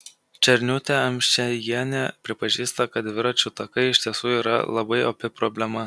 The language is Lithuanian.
černiūtė amšiejienė pripažįsta kad dviračių takai iš tiesų yra labai opi problema